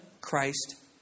Christ